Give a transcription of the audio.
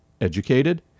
Educated